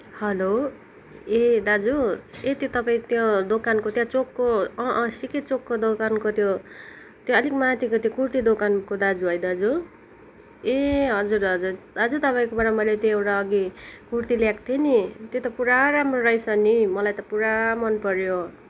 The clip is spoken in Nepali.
हेलो ए दाजु ए त्यो तपाईँको त्यो दोकानको त्यहाँ चोकको अ अ सीके चोकको दोकानको त्यो त्यो अलिक माथिको त्यो कुर्ती दोकानको दाजु है दाजु ए हजुर हजुर दाजु तपाईँकोबाट मैले त्यो एउटा अघि कुर्ती ल्याएको थिएँ नि त्यो त पुरा राम्रो रहेछ नि मलाई त पुरा मन पऱ्यो